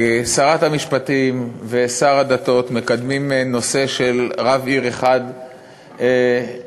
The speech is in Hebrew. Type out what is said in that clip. שרת המשפטים ושר הדתות מקדמים נושא של רב עיר אחד בישראל.